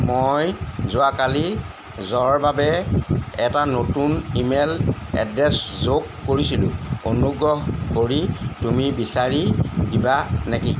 মই যোৱাকালি জ'ৰ বাবে এটা নতুন ইমেইল এড্ৰেছ যোগ কৰিছিলোঁ অনুগ্ৰহ কৰি তুমি বিচাৰি দিবা নেকি